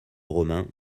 romain